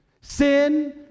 sin